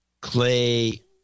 Clay